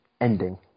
ending